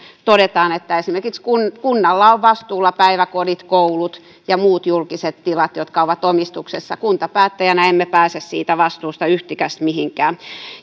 todetaan että esimerkiksi kunnalla on vastuullaan päiväkodit koulut ja muut julkiset tilat jotka ovat sen omistuksessa kuntapäättäjinä emme pääse siitä vastuusta yhtikäs mihinkään